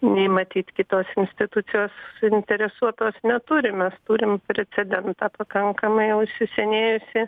nei matyt kitos institucijos suinteresuotos neturim mes turim precedentą pakankamai jau įsisenėjusį